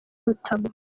rutamu